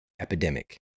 Epidemic